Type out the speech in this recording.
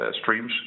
streams